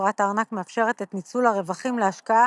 חברת הארנק מאפשרת את ניצול הרווחים להשקעה